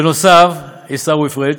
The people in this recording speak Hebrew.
בנוסף, עיסאווי פריג',